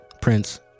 Prince